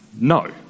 No